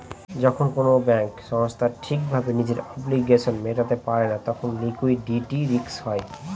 যখন কোনো ব্যাঙ্ক সংস্থা ঠিক ভাবে নিজের অব্লিগেশনস মেটাতে পারে না তখন লিকুইডিটি রিস্ক হয়